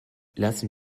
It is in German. lassen